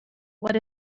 what